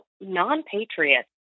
non-patriots